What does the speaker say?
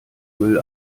müll